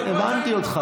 שמעתי אותך.